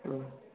ம்